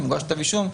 אם הוגש כתב אישום,